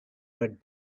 red